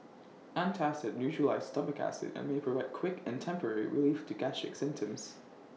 antacid neutralises stomach acid and may provide quick and temporary relief to gastric symptoms